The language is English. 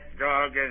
dog